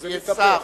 זה יהיה שר.